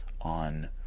on